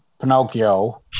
Pinocchio